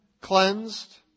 Cleansed